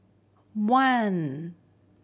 one